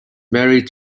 married